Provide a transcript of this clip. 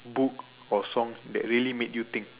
book or song that really made you think